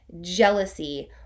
jealousy